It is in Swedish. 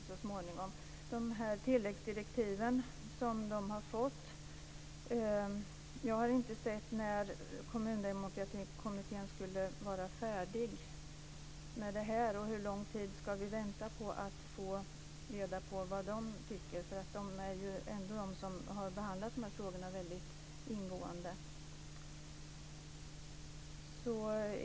Kommittén har fått tilläggsdirektiv, men jag vet inte när den ska vara färdig med sitt arbete. Hur lång tid ska vi vänta på att få reda på vad kommittén tycker? Det är ju kommittén som har behandlat dessa frågor mycket ingående.